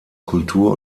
kultur